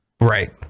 Right